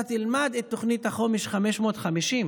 אתה תלמד את תוכנית החומש 550,